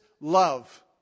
love